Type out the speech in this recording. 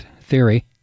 theory